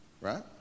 right